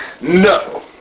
No